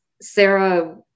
Sarah